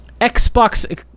xbox